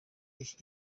icyi